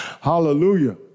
Hallelujah